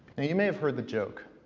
and you may have heard the joke.